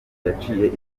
yaciye